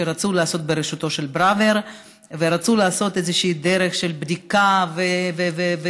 שרצו לעשות בראשותו של פראוור ורצו לעשות איזושהי דרך של בדיקה וסקרים,